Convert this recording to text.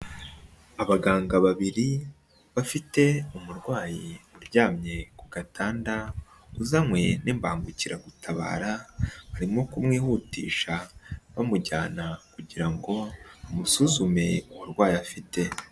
Abaganga babiri, bafite umurwayi uryamye ku gatanda, uzanywe n'Imbangukiragutabara, barimo kumwihutisha, bamujyana kugira ngo bamusuzume uburwaye afite.